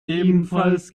ebenfalls